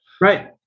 Right